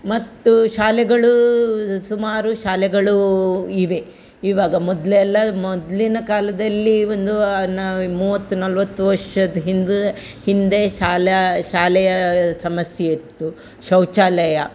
ಮತ್ತು ಶಾಲೆಗಳು ಸುಮಾರು ಶಾಲೆಗಳು ಇವೆ ಇವಾಗ ಮೊದಲೆಲ್ಲ ಮೊದಲಿನ ಕಾಲದಲ್ಲಿ ಒಂದು ನಾವು ಮೂವತ್ತು ನಲವತ್ತು ವರ್ಷದ ಹಿಂದೆ ಹಿಂದೆ ಶಾಲಾ ಶಾಲೆಯ ಸಮಸ್ಯೆ ಇತ್ತು ಶೌಚಾಲಯ